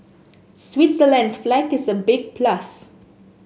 Switzerland's flag is a big plus